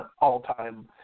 all-time